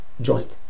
joint